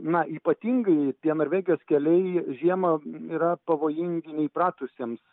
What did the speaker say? na ypatingai tie norvegijos keliai žiemą yra pavojingi neįpratusiems